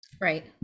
Right